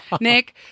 Nick